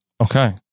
Okay